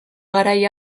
garai